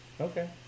Okay